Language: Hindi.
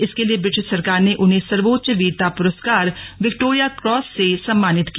इसके लिए ब्रिटिश सरकार ने उन्हें सर्वोच्च वीरता प्रस्कार विक्टोरिया क्रॉस से समान्नित किया